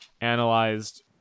analyzed